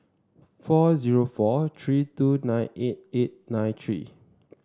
four zero four three two nine eight eight nine three